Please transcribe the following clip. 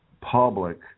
public